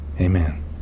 amen